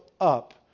up